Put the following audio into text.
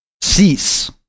cease